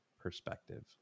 perspective